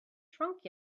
drunk